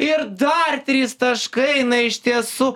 ir dar trys taškai na iš tiesų